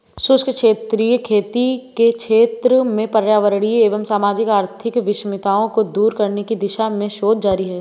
शुष्क क्षेत्रीय खेती के क्षेत्र में पर्यावरणीय एवं सामाजिक आर्थिक विषमताओं को दूर करने की दिशा में शोध जारी है